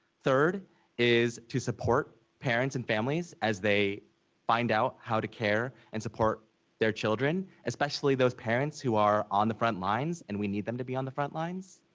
third is to support parents and families as they find out how to care and support their children. especially those parents who are on the front lines and we need them to be on the front lines.